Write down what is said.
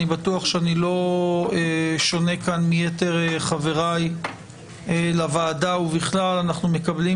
בטוח שאני לא שונה מיתר חבריי לוועדה ובכלל אנחנו מקבלים